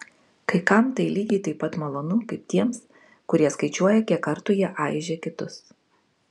kai kam tai lygiai taip pat malonu kaip tiems kurie skaičiuoja kiek kartų jie aižė kitus